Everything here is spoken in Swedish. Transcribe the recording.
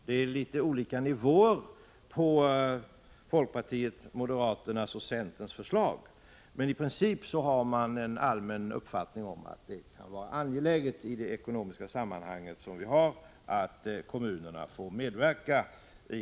Det är litet olika nivåer i folkpartiets, moderaternas och centerns förslag, men i princip anser man att det i den ekonomiska situation vi har är angeläget att kommunerna får medverka.